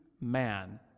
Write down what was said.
man